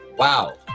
Wow